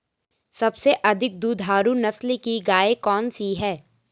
सबसे अधिक दुधारू नस्ल की गाय कौन सी है?